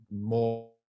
more